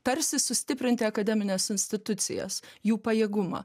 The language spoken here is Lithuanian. tarsi sustiprinti akademines institucijas jų pajėgumą